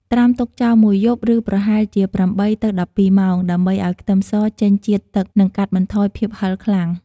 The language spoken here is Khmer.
ត្រាំទុកចោលមួយយប់ ឬប្រហែលជា ៨ទៅ១២ ម៉ោង ដើម្បីឱ្យខ្ទឹមសចេញជាតិទឹក និងកាត់បន្ថយភាពហឹរខ្លាំង។